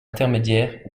intermédiaires